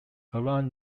around